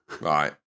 Right